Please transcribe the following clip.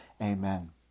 Amen